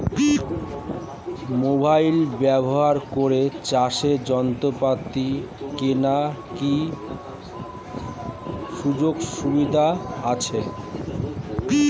Mobile ব্যবহার করে চাষের যন্ত্রপাতি কেনার কি সুযোগ সুবিধা আছে?